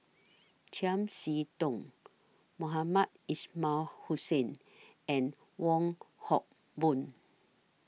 Chiam See Tong Mohamed Ismail Hussain and Wong Hock Boon